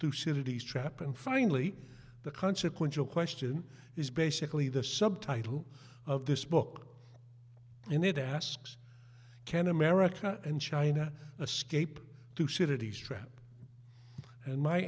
two cities trap and finally the consequential question is basically the subtitle of this book and it asks can america and china a scape to cities trap and my